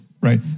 right